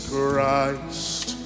Christ